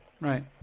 Right